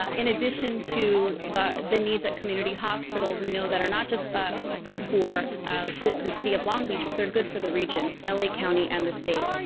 um in addition to the the needs at community hospital we know that not just ah good for the the city of long beach but they're good for the region, ah la county, and the state.